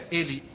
ele